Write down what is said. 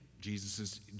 Jesus